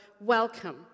welcome